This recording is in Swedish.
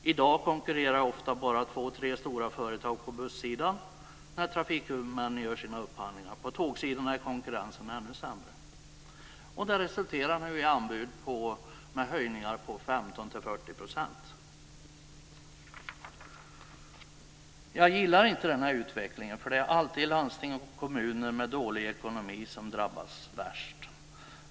I dag konkurrerar ofta bara två tre stora företag på bussidan när trafikhuvudmän gör sina upphandlingar. På tågsidan är konkurrensen ännu sämre. Det resulterar nu i anbud som betyder höjningar med 15 Jag gillar inte den här utvecklingen, för det är alltid landsting och kommuner med dålig ekonomi som drabbas värst.